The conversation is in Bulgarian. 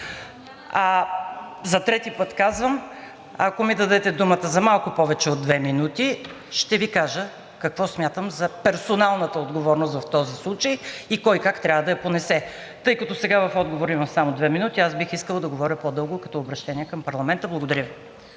За трети път казвам: ако ми дадете думата за малко повече от две минути, ще Ви кажа какво смятам за персоналната отговорност в този случай и кой как трябва да я понесе, тъй като сега в отговора имам само две минути, а аз бих искала да говоря по-дълго като обръщение към парламента. Благодаря Ви.